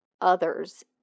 others